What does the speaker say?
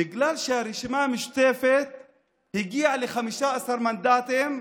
בגלל שהרשימה המשותפת הגיעה ל-15 מנדטים,